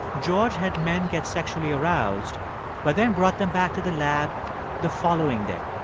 george had men get sexually aroused but then brought them back to the lab the following day.